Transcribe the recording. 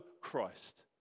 Christ